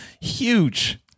huge